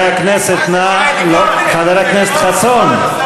תודה ליושב-ראש ועדת הכנסת חבר הכנסת יואב